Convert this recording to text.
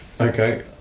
Okay